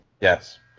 yes